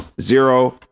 Zero